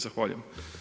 Zahvaljujem.